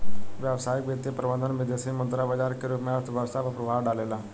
व्यावसायिक वित्तीय प्रबंधन विदेसी मुद्रा बाजार के रूप में अर्थव्यस्था पर प्रभाव डालेला